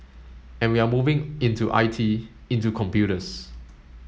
and we're moving into I T into computers